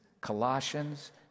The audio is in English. Colossians